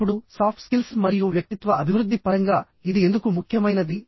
ఇప్పుడు soft skills మరియు వ్యక్తిత్వ అభివృద్ధి పరంగా ఇది ఎందుకు ముఖ్యమైనది